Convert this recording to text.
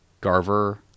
Garver